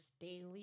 daily